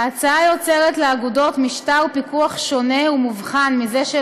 ההצעה יוצרת לאגודות משטר פיקוח שונה ומובחן מזה של